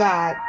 God